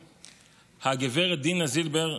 הגב' דינה זילבר,